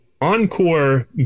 Encore